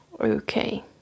Okay